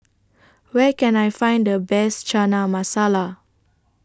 Where Can I Find The Best Chana Masala